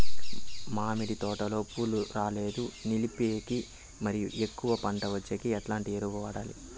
మామిడి తోటలో పూలు రాలేదు నిలిపేకి మరియు ఎక్కువగా పంట వచ్చేకి ఎట్లాంటి ఎరువులు వాడాలి?